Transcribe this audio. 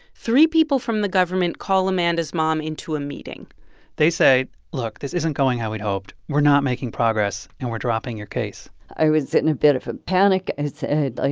three people from the government call amanda's mom into a meeting they say, look, this isn't going how we'd hoped. we're not making progress. and we're dropping your case i was in a bit of a panic. i said, like,